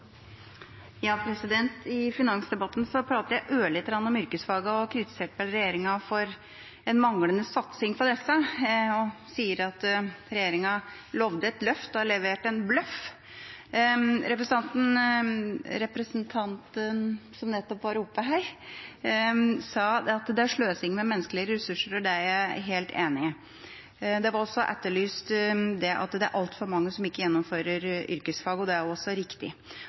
I finansdebatten pratet jeg ørlite grann om yrkesfagene og kritiserte vel regjeringa for en manglende satsing på disse og sa at regjeringa lovde et løft og har levert en bløff. Representanten som nettopp var oppe her, sa at det er sløsing med menneskelige ressurser, og det er jeg helt enig i. Det var også nevnt at det er altfor mange som ikke gjennomfører yrkesfag, og det er også riktig.